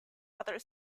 other